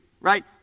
right